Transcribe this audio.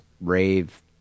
rave